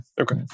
Okay